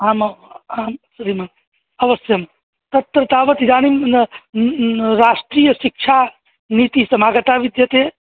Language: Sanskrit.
आम् आम् श्रीमन् अवश्यं तत्र तावत् इदानीं राष्ट्रियशिक्षानीतिः समागता विद्यते